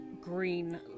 green